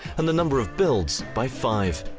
and the number of builds by five.